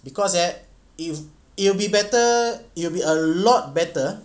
because eh if it'll be better it will be a lot better